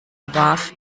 warf